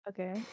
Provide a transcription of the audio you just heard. Okay